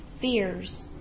fears